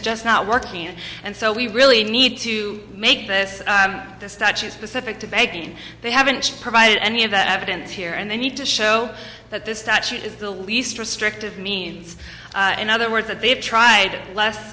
just not working and so we really need to make this this touches specific to baking they haven't provided any of the evidence here and they need to show that this statute is the least restrictive means in other words that they've tried less